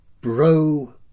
bro